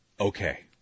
Okay